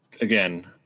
again